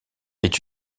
est